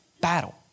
battle